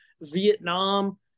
Vietnam